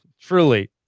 Truly